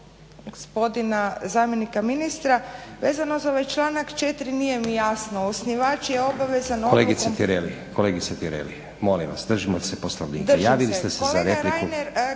gospodina zamjenika ministra vezano za ovaj članak 4. nije mi jasno. Osnivač je obavezan … …/Upadica Stazić: Kolegice Tireli, molim vas držimo se Poslovnika. Javili ste se za